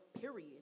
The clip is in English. period